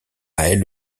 aile